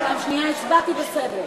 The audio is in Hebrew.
פעם שנייה הצבעתי בסדר.